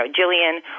Jillian